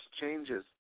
changes